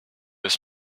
his